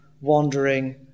wandering